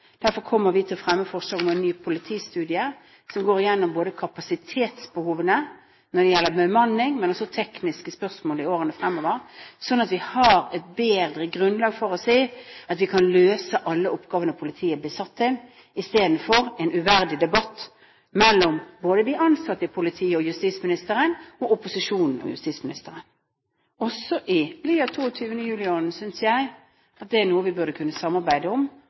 Derfor kommer vi til å fremme forslag om en ny politistudie som går gjennom både kapasitetsbehovene når det gjelder bemanning og også tekniske spørsmål i årene fremover, slik at vi har et bedre grunnlag for å si at vi kan løse alle oppgavene politiet blir satt til, i stedet for en uverdig debatt mellom både de ansatte i politiet og justisministeren og opposisjonen og justisministeren. Også i lys av 22. juli-ånden synes jeg at det er noe vi bør kunne samarbeide om,